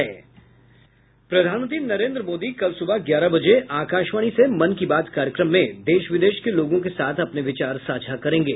प्रधानमंत्री नरेन्द्र मोदी कल सुबह ग्यारह बजे आकाशवाणी से मन की बात कार्यक्रम में देश विदेश के लोगों के साथ अपने विचार साझा करेंगे